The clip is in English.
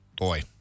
Boy